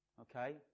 Okay